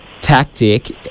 tactic